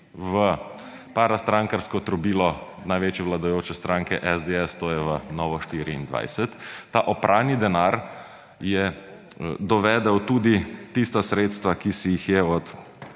v parastrankarsko trobilo največje vladajoče stranke SDS, to je v Novo24TV. Ta oprani denar je dovedel tudi tista sredstva, ki si jih je od